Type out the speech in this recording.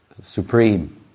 supreme